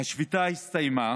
השביתה הסתיימה